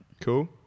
Cool